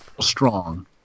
strong